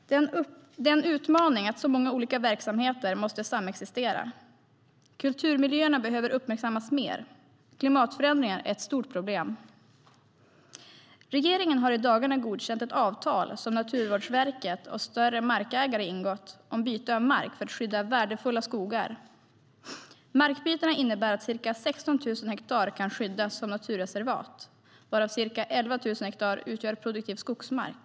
Det är en utmaning att så många olika verksamheter måste samexistera. Kulturmiljöerna behöver uppmärksammas mer. Klimatförändringarna är ett stort problem. Regeringen har i dagarna godkänt ett avtal som Naturvårdsverket och större markägare ingått om byte av mark för att skydda värdefulla skogar. Markbytena innebär att ca 16 000 hektar kan skyddas som naturreservat varav ca 11 000 hektar utgör produktiv skogsmark.